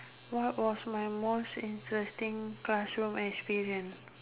what was my most interesting classroom experience